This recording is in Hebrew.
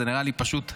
זה נראה לי פשוט הזוי.